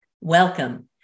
Welcome